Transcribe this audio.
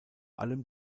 allem